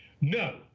no